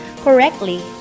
correctly